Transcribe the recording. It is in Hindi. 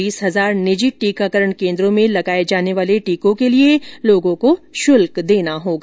बीस हजार निजी टीकाकरण केन्द्रों में लगाये जाने वाले टीकों के लिए लोगों को शुल्क देना होगा